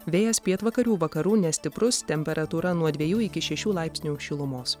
vėjas pietvakarių vakarų nestiprus temperatūra nuo dviejų iki šešių laipsnių šilumos